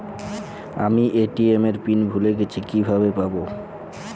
আমি এ.টি.এম এর পিন ভুলে গেছি কিভাবে পাবো?